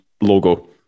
logo